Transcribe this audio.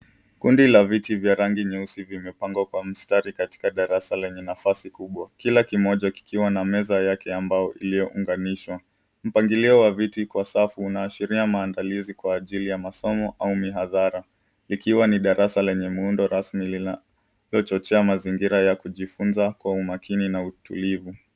Kundi la viti vya rangi nyeusi vimepangwa kwa mstari katika darasa lenye nafasi kubwa. Kila kimoja kikiwa na meza yake ya mbao iliyounganishwa. Mpangilio wa viti kwa safu unaashiria mandalizi kwa ajili ya masomo au mihadhara, ikiwa ni darasa lenye muundo rasmi linalochochea mazingira ya kujifunza kwa umakini na utulivu.